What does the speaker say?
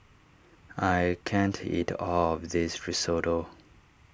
I can't eat all of this Risotto